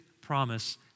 promise